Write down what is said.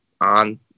on